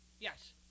Yes